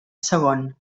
segon